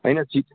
होइन छिट्